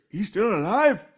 he's still alive?